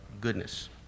goodness